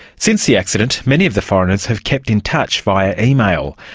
since the accident many of the foreigners have kept in touch via email,